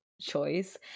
choice